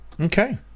Okay